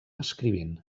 escrivint